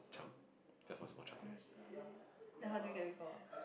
chunk just one small chunk there